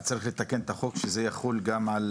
אז צריך לתקן את החוק שזה יחול גם על